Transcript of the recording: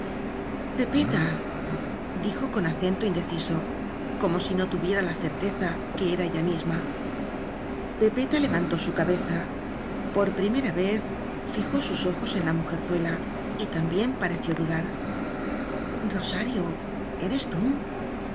bradora pepetadijo con acento indeciso como si no tuviera la certeza ele que era ella misma pepeta levantó su cabeza por primera vez fijó sus ojos en la mujerzuela y también pare ció dudar rosario eres tú